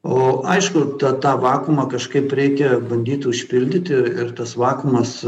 o aišku tą vakuumą kažkaip reikia bandyt užpildyti ir tas vakuumas